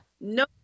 no